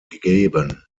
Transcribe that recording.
gegeben